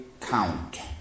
count